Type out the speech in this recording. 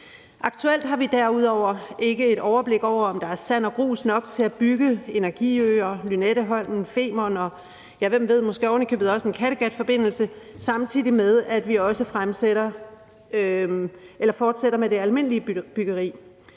Aktuelt har vi derudover ikke et overblik over, om der er sand og grus nok til at bygge energiøer, Lynetteholmen, Femern, og ja, hvem ved, måske ovenikøbet også en Kattegatforbindelse, samtidig med at vi også fortsætter med det almindelige byggeri.